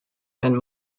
and